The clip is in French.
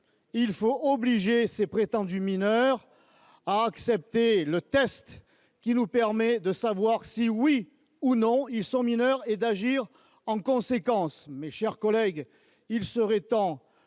il faut obliger ces prétendus mineurs à accepter le test qui permet de déterminer si, oui ou non, ils sont mineurs et d'agir en conséquence. Mes chers collègues, il serait temps